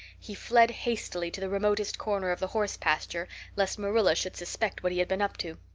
he fled hastily to the remotest corner of the horse pasture lest marilla should suspect what he had been up to.